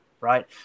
right